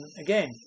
again